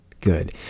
Good